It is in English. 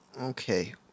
Okay